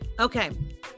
okay